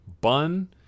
bun